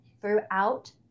throughout